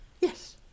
Yes